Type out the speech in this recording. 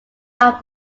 off